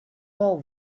all